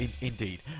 Indeed